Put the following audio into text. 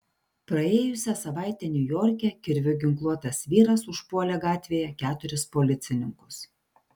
praėjusią savaitę niujorke kirviu ginkluotas vyras užpuolė gatvėje keturis policininkus